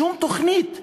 שום תוכנית.